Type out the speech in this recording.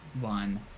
one